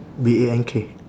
B A N K